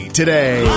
today